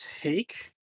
take